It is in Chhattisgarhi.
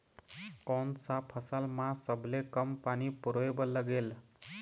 कोन सा फसल मा सबले कम पानी परोए बर लगेल?